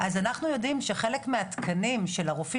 אז אנחנו יודעים שחלק מהתקנים של הרופאים